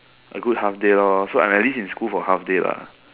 a good half day lor so I'm at least in school for half day lah